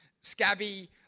scabby